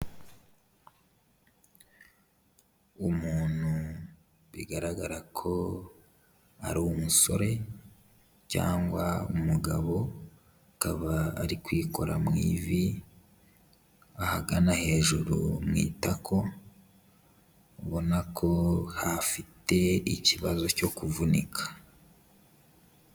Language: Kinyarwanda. Umuntu bigaragara ko ari umusore cyangwa umugabo, akaba ari kwikora mu ivi ahagana hejuru mu itako, ubona ko afite ikibazo cyo kuvunika.